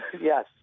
Yes